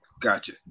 gotcha